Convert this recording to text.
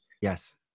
yes